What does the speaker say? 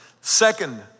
Second